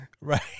Right